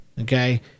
Okay